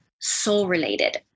soul-related